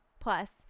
Plus